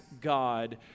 God